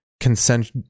consent